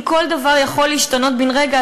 אם כל דבר יכול להשתנות בן-רגע,